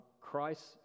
Christ